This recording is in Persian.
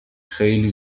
خیلی